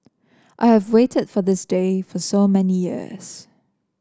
I have waited for this day for so many years